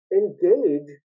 engage